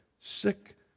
sick